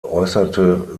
äußerte